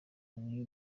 new